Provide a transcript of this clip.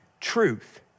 truth